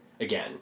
again